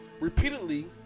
repeatedly